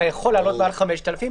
אתה יכול לעלות מעל 5,000,